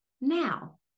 now